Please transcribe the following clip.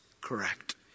correct